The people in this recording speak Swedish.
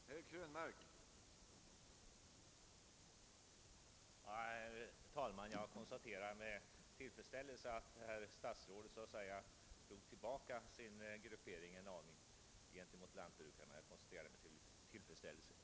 Herr talman! Jag konstaterar med tillfredsställelse att statsrådet så att säga tog tillbaka sin formulering en aning i fråga om lantbrukarna.